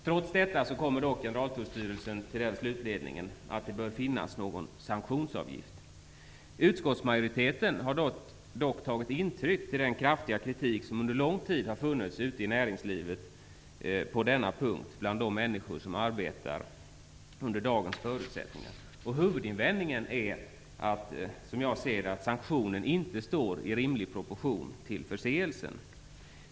Trots detta kommer Generaltullstyrelsen till slutsatsen att det bör finnas en sanktionsavgift. Utskottsmajoriteten har dock tagit intryck av den kraftiga kritik som under lång tid har funnits ute i näringslivet på denna punkt, bland de människor som arbetar under dagens förutsättningar. Huvudinvändningen som jag ser det är att sanktionen inte står i rimlig proportion till förseelsen.